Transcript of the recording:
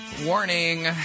Warning